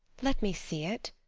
let me see it,